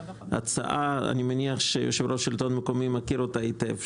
הצעה אני מניח שיושב ראש השלטון המקומי מכיר אותה היטב,